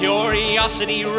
Curiosity